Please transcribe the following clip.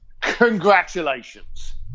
congratulations